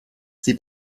sie